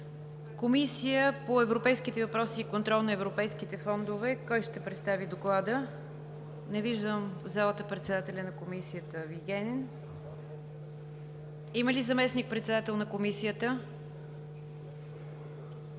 Комисия по европейските въпроси и контрол на европейските фондове – кой ще представи Доклада? Не виждам в залата председателя на Комисията Вигенин. Има ли заместник-председател на Комисията?